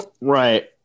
Right